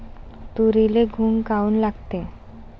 तुरीले घुंग काऊन लागते?